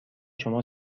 شما